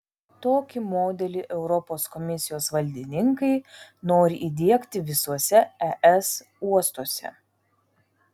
tokį modelį europos komisijos valdininkai nori įdiegti visuose es uostuose